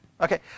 Okay